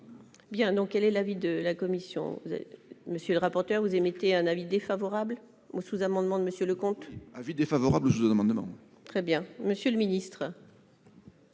bien non, quel est l'avis de la commission, monsieur le rapporteur, vous émettez un avis défavorable au sous-amendement de monsieur Leconte. Avis défavorable sous-amendement. Très bien monsieur le ministre.